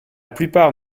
plupart